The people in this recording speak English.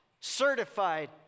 certified